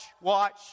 watch